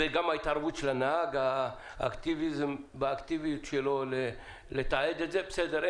וגם ההתערבות של הנהג באקטיביות שלו לתעד את זה בסדר,